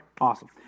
awesome